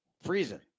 freezing